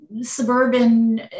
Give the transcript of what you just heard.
suburban